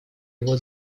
его